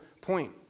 point